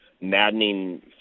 maddening